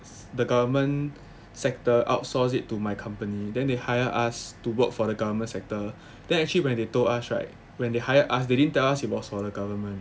the government sector outsource it to my company then they hire us to work for the government sector then actually when they told us right when they hired us they didn't tell us it was for the government